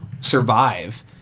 survive